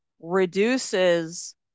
reduces